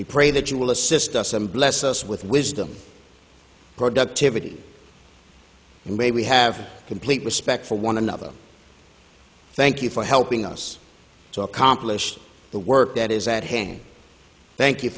we pray that you will assist us and bless us with wisdom productivity in way we have complete respect for one another thank you for helping us to accomplish the work that is at hand thank you